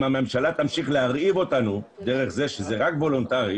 אם הממשלה תמשיך להרעיב אותנו דרך זה שזה רק וולונטרי,